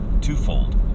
twofold